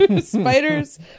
Spiders